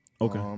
Okay